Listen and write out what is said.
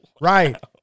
Right